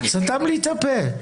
סתם לי את הפה.